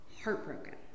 heartbroken